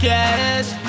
Cash